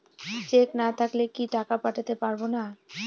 Check না থাকলে কি টাকা পাঠাতে পারবো না?